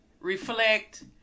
reflect